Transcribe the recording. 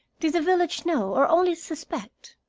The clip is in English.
did the village know, or only suspect?